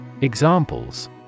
Examples